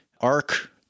arc